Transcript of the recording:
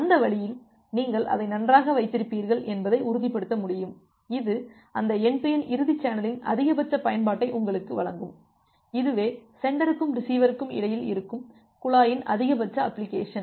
அந்த வழியில் நீங்கள் அதை நன்றாக வைத்திருப்பீர்கள் என்பதை உறுதிப்படுத்த முடியும் இது அந்த என்டு டு என்டு இறுதி சேனலின் அதிகபட்ச பயன்பாட்டை உங்களுக்கு வழங்கும் இதுவே சென்டருக்கும் ரிசீவருக்கும் இடையில் இருக்கும் குழாயின் அதிகபட்ச அப்ளிகேஷன்